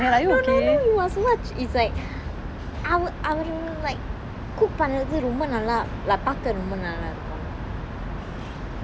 no no no you are so much it was not it's like அவரு:avaru like cook பண்றது ரொம்ப நல்லா பாக்க ரொம்ப நல்லா இருக்கும்:panrathu romba nalla paakka romba nalla irukum